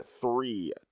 three